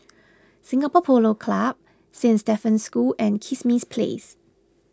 Singapore Polo Club Saint Stephen's School and Kismis Place